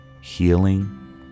healing